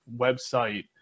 website